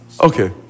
Okay